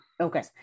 Okay